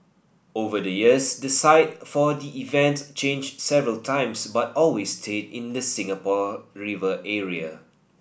over the years the site for the event changed several times but always stayed in the Singapore River area